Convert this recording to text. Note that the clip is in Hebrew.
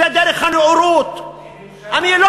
זו דרך הנאורות,